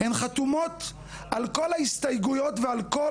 הן חתומות על כל ההסתייגויות ועל כל